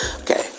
Okay